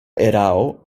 erao